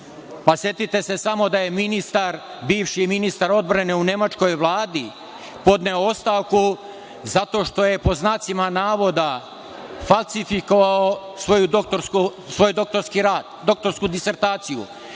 Setite se samo da je bivši ministar odbrane u nemačkoj vladi podneo ostavku zato što je, pod znacima navoda, falsifikovao svoj doktorski rad, doktorsku disertaciju.